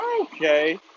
okay